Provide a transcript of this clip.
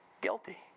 Guilty